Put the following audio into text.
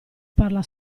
parla